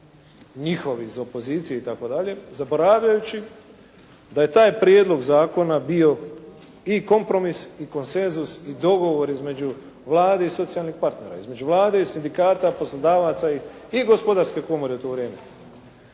njihov iz opozicije itd. zaboravljajući da je taj prijedlog zakona bio i kompromis i konsenzus i dogovor između Vlade i socijalnih partnera, između Vlade i sindikata poslodavaca i Gospodarske komore u to vrijeme.